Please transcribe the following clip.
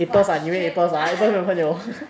!wah! exchange ah